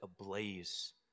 ablaze